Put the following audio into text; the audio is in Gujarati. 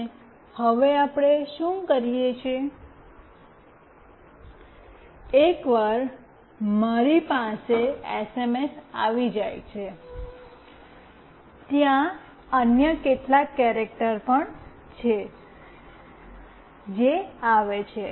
અને હવે આપણે શું કરીએ છીએ એકવાર મારી પાસે એસએમએસ આવી જાય છે ત્યાં અન્ય કેટલાક કેરેક્ટર પણ છે જે આવે છે